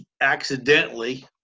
accidentally